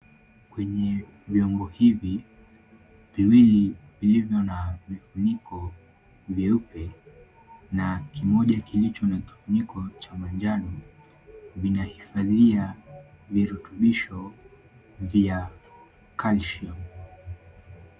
Kwenye vyombo hivi viwili vilivyo na vifuniko vyeupe na kimoja kilicho na kifuniko cha manjano vinahifadhia virutubisho vya calcium .